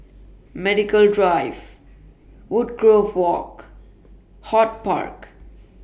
Medical Drive Woodgrove Walk HortPark